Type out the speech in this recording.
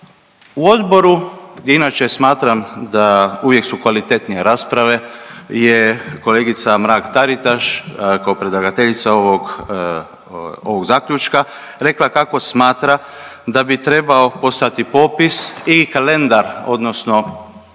U odboru gdje inače smatram da uvijek su kvalitetnije rasprave, je kolegica Mrak-Taritaš kao predlagateljica ovog zaključka rekla kako smatra da bi trebao postojati popis i kalendar, odnosno